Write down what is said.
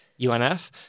UNF